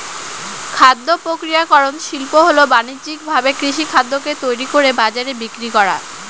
খাদ্য প্রক্রিয়াকরন শিল্প হল বানিজ্যিকভাবে কৃষিখাদ্যকে তৈরি করে বাজারে বিক্রি করা